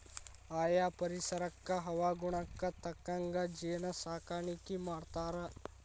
ಆಯಾ ಪರಿಸರಕ್ಕ ಹವಾಗುಣಕ್ಕ ತಕ್ಕಂಗ ಜೇನ ಸಾಕಾಣಿಕಿ ಮಾಡ್ತಾರ